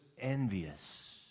envious